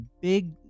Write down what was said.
big